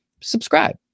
Subscribe